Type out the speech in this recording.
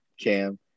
Cam